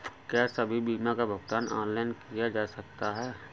क्या सभी बीमा का भुगतान ऑनलाइन किया जा सकता है?